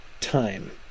time